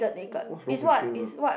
what's wrong with him ah